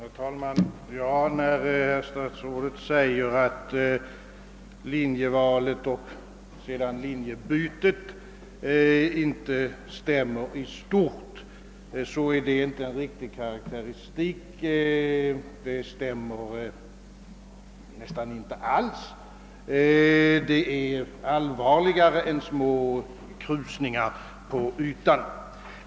Herr talman! Herr statsrådet säger, att linjevalet — och därmed också linjebytet — inte helt stämmer med de i stort uppdragna riktlinjerna. Detta är inte en riktig karakteristik — det stämmer nämligen nästan inte alls! Det är allvarligare än små krusningar på ytan.